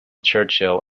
churchill